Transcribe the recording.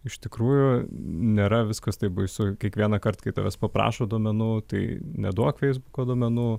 iš tikrųjų nėra viskas taip baisu kiekvienąkart kai tavęs paprašo duomenų tai neduok feisbuko duomenų